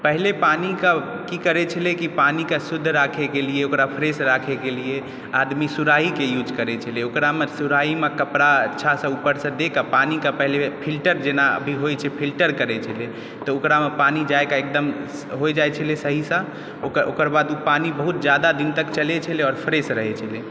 पहिले पानीके की करै छलै की पानीके शुद्ध राखैके लिए ओकरा फ्रेश राखैके लिए आदमी सुराहीके यूज करै छलै ओकरामे सुराहीमे कपड़ा अच्छासँ उपरसँ दऽ कऽ पानीके पहिले फिल्टर जेना अभी होइ छै फिल्टर करै फेर ओकरामे पानी दऽ कऽ एकदम होइ जाइ छलै पहिलका ओकर बाद ओ पानी बहुत ज्यादा दिन तक चलै आओर फ्रेश रहै छलै